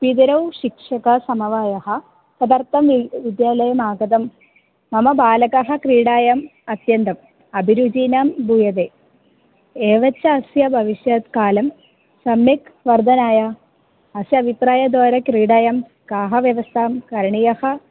पितरौ शिक्षकासमवायः तदर्थं वा विद्यालयमागतं मम बालकः क्रीडायाम् अत्यन्तम् अभिरुचिना भूयते एवं च अस्य भविष्यत् काले सम्यक् वर्दनाय अस्य अभिप्रायद्वारा क्रीडायां काः व्यवस्थाः करणीयाः